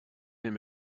him